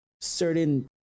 certain